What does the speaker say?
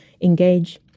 engage